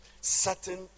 certain